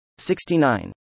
69